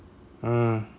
hmm